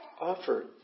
Offer